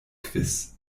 quiz